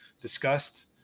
discussed